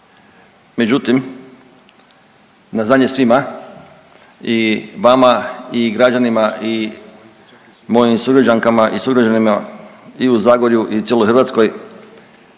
međutim, na znanje svima i vama i građanima i mojim sugrađankama i sugrađanima i u Zagorju i cijeloj Hrvatskoj,